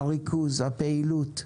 הריכוז, הפעילות,